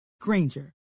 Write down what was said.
Granger